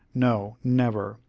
no, never,